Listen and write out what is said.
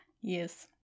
Yes